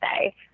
say